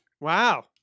Wow